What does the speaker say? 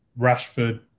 Rashford